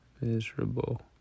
miserable